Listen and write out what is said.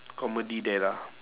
comedy there lah